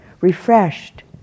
refreshed